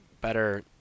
better